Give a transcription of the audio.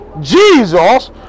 jesus